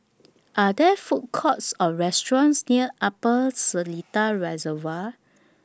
Are There Food Courts Or restaurants near Upper Seletar Reservoir